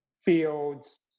fields